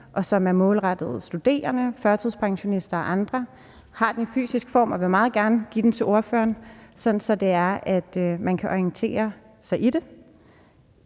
små erhvervsdrivende, studerende, førtidspensionister og andre. Jeg har det i fysisk form og vil meget gerne give det til ordføreren, sådan at man kan orientere sig i det.